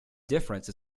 difference